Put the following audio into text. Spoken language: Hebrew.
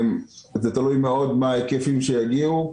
זה תלוי מאוד מה ההיקפים שיגיעו.